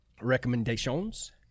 recommendations